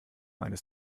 eines